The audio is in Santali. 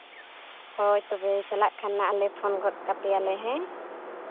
ᱦᱳᱭ ᱛᱚᱵᱮ ᱪᱟᱞᱟᱜ ᱠᱷᱟᱱ ᱢᱟ ᱟᱞᱮ ᱯᱷᱳᱱ ᱜᱚᱫ ᱠᱟᱯᱮᱭᱟᱞᱮ ᱦᱮᱸ